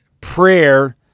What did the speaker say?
prayer